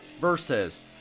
versus